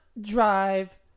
drive